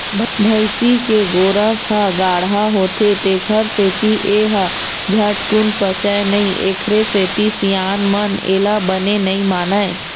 भइसी के गोरस ह गाड़हा होथे तेखर सेती ए ह झटकून पचय नई एखरे सेती सियान मन एला बने नइ मानय